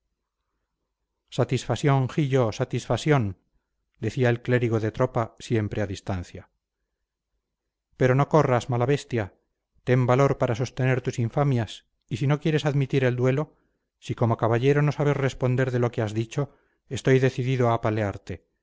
satisfasión jiyo satisfasión decía el clérigo de tropa siempre a distancia pero no corras mala bestia ten valor para sostener tus infamias y si no quieres admitir el duelo si como caballero no sabes responder de lo que has dicho estoy decidido a apalearte so